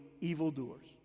evildoers